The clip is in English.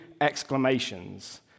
exclamations